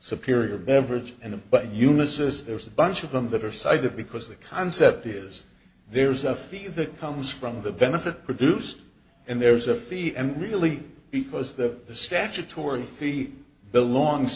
superior beverage and but unisys there's a bunch of them that are side to because the concept is there's a fee that comes from the benefit produced and there's a fee and really because the statutory he belongs